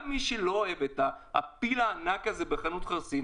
לכן גם אם מישהו לא אוהב את הפיל הענק הזה בחנות החרסינה,